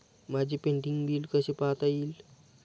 माझे pending bill कसे पाहता येईल?